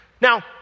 Now